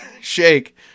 shake